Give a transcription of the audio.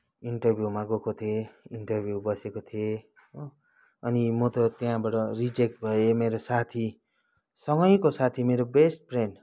इन्टरभ्यूमा गएको थिएँ इन्टरभ्यू बसेको थिएँ हो अनि म त त्यहाँबाट रिजेक्ट भएँ मेरो साथी सँगैको साथी मेरो बेस्ट फ्रेन्ड